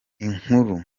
inkuru